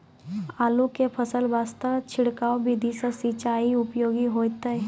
आलू के फसल वास्ते छिड़काव विधि से सिंचाई उपयोगी होइतै?